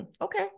okay